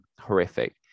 horrific